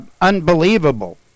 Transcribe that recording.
unbelievable